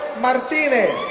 martinez,